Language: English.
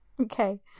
Okay